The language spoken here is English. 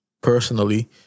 personally